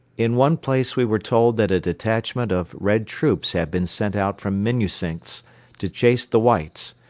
in one place we were told that a detachment of red troops had been sent out from minnusinsk to chase the whites.